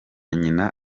nyina